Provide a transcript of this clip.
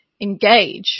engage